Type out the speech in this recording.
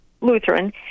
Lutheran